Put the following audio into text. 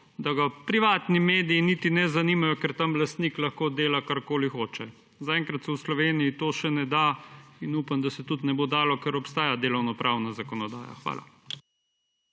da ga privatni mediji niti ne zanimajo, ker tam lastnik lahko dela, karkoli hoče. Zaenkrat se v Sloveniji to še ne da in upam, da se tudi ne bo dalo, ker obstaja delovnopravna zakonodaja. Hvala.